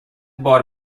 بار